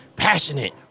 passionate